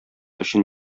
өчен